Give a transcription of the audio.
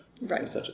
Right